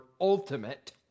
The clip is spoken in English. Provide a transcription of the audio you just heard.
ultimate